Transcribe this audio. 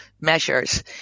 measures